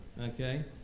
Okay